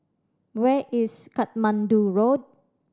where is Katmandu Road